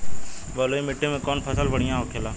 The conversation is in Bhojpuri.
बलुई मिट्टी में कौन फसल बढ़ियां होखे ला?